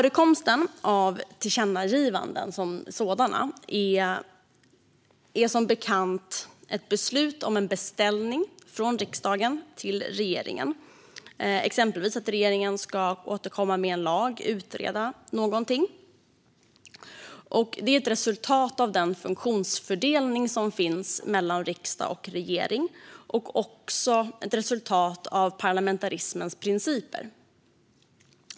Ett tillkännagivande är som bekant ett beslut om en beställning från riksdagen till regeringen, exempelvis att regeringen ska utreda något och återkomma med ett lagförslag. Detta är ett resultat av den funktionsfördelning som finns mellan riksdag och regering och även ett resultat av parlamentarismens principer.